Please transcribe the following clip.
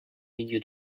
milieu